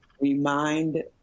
remind